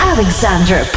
Alexander